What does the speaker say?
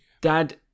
Dad